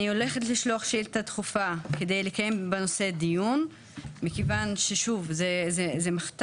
בכוונתי לשלוח שאילתה דחופה כדי לקיים בנושא כיוון שזהו מחטף.